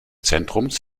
zentrums